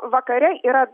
vakare yra